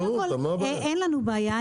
אין לנו בעיה,